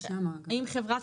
האם חברת